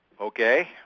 Okay